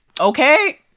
Okay